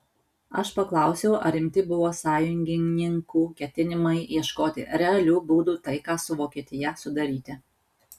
aš paklausiau ar rimti buvo sąjungininkų ketinimai ieškoti realių būdų taiką su vokietija sudaryti